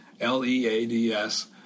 L-E-A-D-S